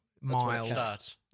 miles